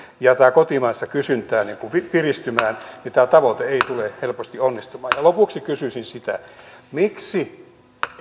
ja tätä kotimaista kysyntää piristymään niin tämä seitsemänkymmenenkahden prosentin työllisyysastetavoite satakymmentätuhatta työpaikkaa ei tule helposti onnistumaan lopuksi kysyisin miksi